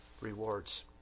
rewards